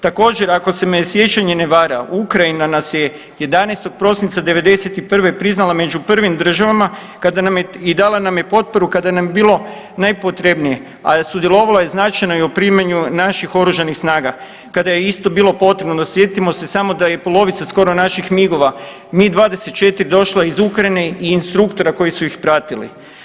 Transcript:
Također, ako se me sjećanje ne vara, Ukrajina nas je 11. prosinca '91. priznala među prvim državama kada nam je i dala nam je potporu kada nam je bilo najpotrebnije, a sudjelovalo je značajno i u primanju naših Oružanih snaga, kada je isto bilo potrebno, no sjetimo se samo da je polovica skoro naših MIG-ova, MIG-24 došlo iz Ukrajine i instruktora koji su ih pratili.